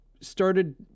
started